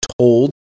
told